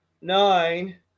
nine